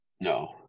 No